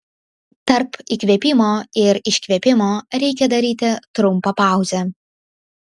tarp įkvėpimo ir iškvėpimo reikia daryti trumpą pauzę